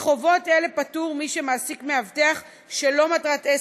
מחובות אלה פטור מי שמעסיק מאבטח שלא למטרת עסק,